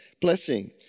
blessing